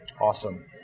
Awesome